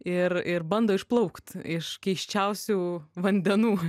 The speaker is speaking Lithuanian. ir ir bando išplaukt iš keisčiausių vandenų